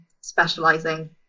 specializing